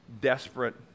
Desperate